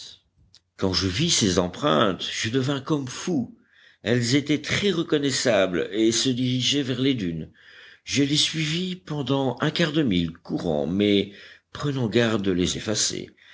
quand je vis ces empreintes je devins comme fou elles étaient très reconnaissables et se dirigeaient vers les dunes je les suivis pendant un quart de mille courant mais prenant garde de les effacer